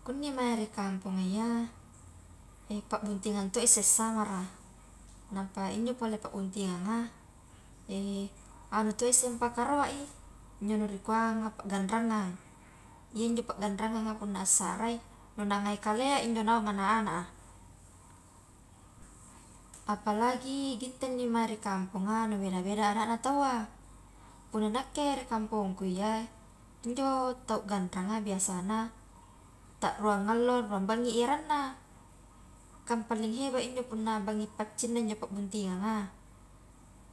Kunni mai ri kamponga iya e pabuntingang toi isse samara nampa iya njo pole pa buntinganga, anu to isse pakaroa i, njo nu rikuanga paganrangang, iya njo paganranganga punna assarai nu nangai kalea i injo naung anak-anak a, apalagi gitte nni mae ri kamponga nu beda-beda adatna taua, punna nakke ri kampongku iya injo tau ganranga biasana ta rua ngallo ruang bangi i ranna, kang paling heba injo punna bangi paccingna injo pabuntinganga,